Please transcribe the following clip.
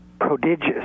prodigious